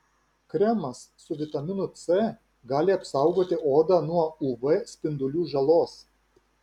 kremas su vitaminu c gali apsaugoti odą nuo uv spindulių žalos